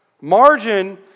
Margin